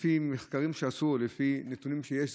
לפי מחקרים שנעשו ולפי נתונים שיש,